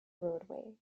roadway